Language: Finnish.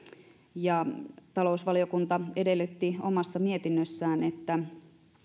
talousvaliokunta edellytti omassa mietinnössään että